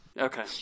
Okay